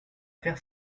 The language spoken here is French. faire